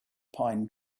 pine